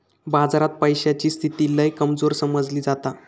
बाजारात पैशाची स्थिती लय कमजोर समजली जाता